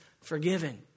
forgiven